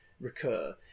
recur